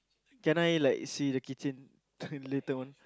can I like see the keychain later on